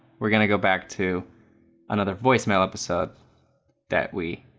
we're gonna go back to another voicemail episode that we